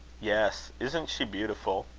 yes. isn't she beautiful?